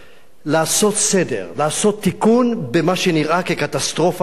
לעשות סדר, לעשות תיקון במה שנראה קטסטרופה אנושית